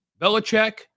Belichick